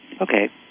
Okay